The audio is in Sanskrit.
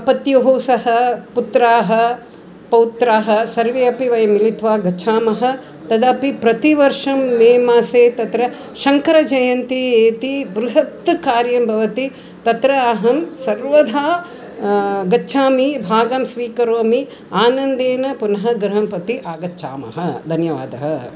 पत्युः सह पुत्राः पौत्राः सर्वे अपि वयं मिलित्वा गच्छामः तदपि प्रतिवर्षं मे मासे तत्र शङ्करजयन्ती इति बृहत् कार्यं भवति तत्र अहं सर्वदा गच्छामि भागं स्वीकरोमि आनन्देन पुनः गृहं प्रति आगच्छामः धन्यवादः